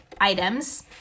items